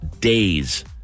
days